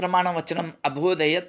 प्रमाणवचनम् अभोदयत्